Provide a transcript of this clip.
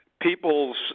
people's